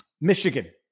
Michigan